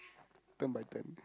turn by turn